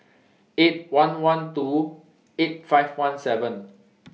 eight one one two eight five one seven